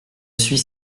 suis